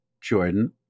Jordan